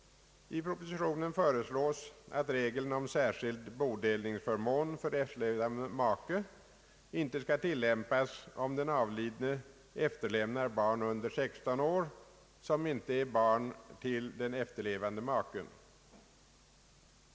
I propositionen föreslås att regeln om särskild bodelningsförmån för efterlevande make inte skall tillämpas om den avlidne efterlämnar barn under 16 år som inte är barn till den efterlevande maken.